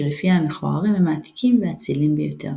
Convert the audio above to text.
שלפיה המכוערים הם העתיקים והאצילים ביותר,